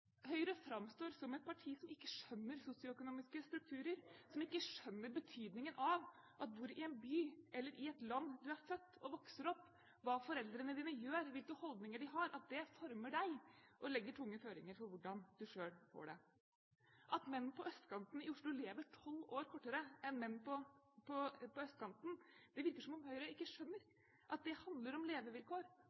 Høyre framstår som et parti som ikke skjønner sosioøkonomiske strukturer, som ikke skjønner betydningen av at hvor i en by eller i et land du er født og vokser opp, hva foreldrene dine gjør, hvilke holdninger de har, former deg og legger tunge føringer for hvordan du selv får det. Menn på østkanten i Oslo lever tolv år kortere enn menn på vestkanten. Det virker som om Høyre ikke skjønner at det handler om